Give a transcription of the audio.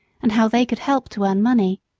and how they could help to earn money.